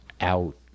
out